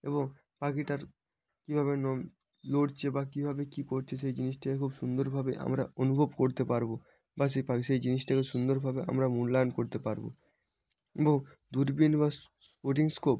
এবং পাখিটার কীভাবে নড়ছে বা কীভাবে কী করছে সেই জিনিসটাকে খুব সুন্দরভাবে আমরা অনুভব করতে পারবো বা সেই পা সেই জিনিসটাকে সুন্দরভাবে আমরা মূল্যায়ন করতে পারবো এবং দূরবীন বা স্পটিং স্কোপ